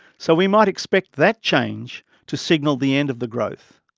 so we might expect that change to signal the end of the growth.